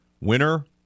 Winner